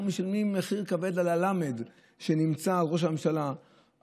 אנחנו משלמים מחיר כבד על הלמ"ד שנמצא על ראש הממשלה,